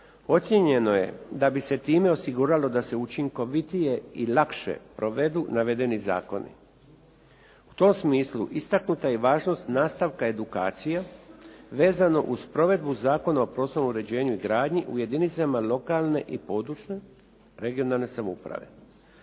Ocjenjeno je da bi se time osiguralo da se učinkovitije i lakše provedu navedeni zakoni. U tom smislu istaknuta je i važnost nastavka edukacije vezano uz provedbu Zakona o prostornom uređenju i gradnji u jedinicama lokalne i područne regionalne samouprave.